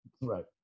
right